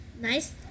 Nice